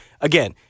again